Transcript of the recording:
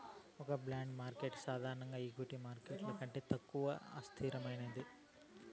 ఒక bond market సాధారణంగా equity market కంటే తక్కువ అస్థిరమైనది